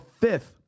fifth